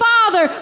Father